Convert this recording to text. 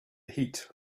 heat